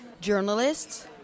journalists